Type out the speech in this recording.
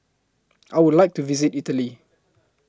I Would like to visit Italy